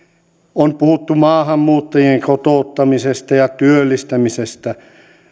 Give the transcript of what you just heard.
on puhuttu maahanmuuttajien kotouttamisesta ja työllistämisestä